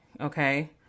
okay